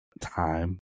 time